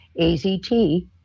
AZT